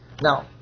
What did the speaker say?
Now